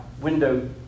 window